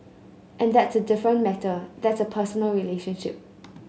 and that's a different matter that's a personal relationship